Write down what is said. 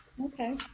Okay